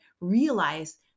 realize